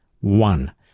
one